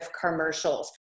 commercials